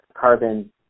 carbon